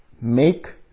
make